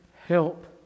help